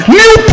new